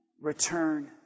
return